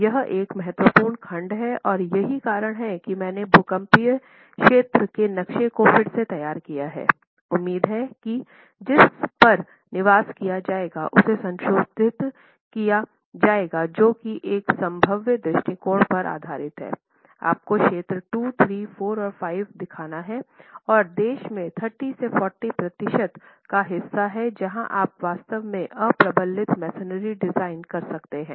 तो यह एक महत्वपूर्ण खंड है और यही कारण है कि मैंने भूकंपीय क्षेत्र के नक्शे को फिर से तैयार किया है उम्मीद है कि जिस पर निवास किया जाएगा उसे संशोधित किया जाएगा जो कि एक संभाव्य दृष्टिकोण पर आधारित है आपको क्षेत्र II III IV और V दिखाना है और देश के 30 से 40 प्रतिशत का हिस्सा है जहां आप वास्तव में अप्रबलित मैसनरी डिजाइन कर सकते हैं